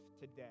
today